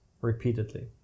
Repeatedly